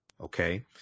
okay